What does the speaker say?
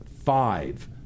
five